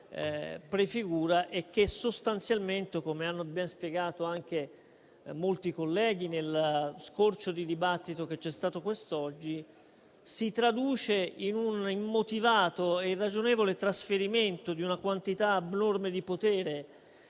prefigura e che, sostanzialmente, come hanno ben spiegato anche molti colleghi nello scorcio di dibattito che c'è stato quest'oggi, si traduce in un immotivato e irragionevole trasferimento di una quantità abnorme di potere